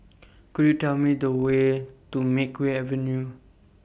Could YOU Tell Me The Way to Makeway Avenue